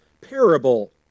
parable